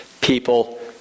people